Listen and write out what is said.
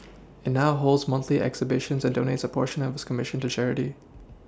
it now holds monthly exhibitions and donates a portion of its commission to charity